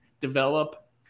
develop